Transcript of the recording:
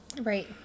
Right